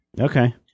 Okay